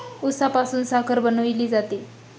उसापासून साखर बनवली जाते